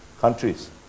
countries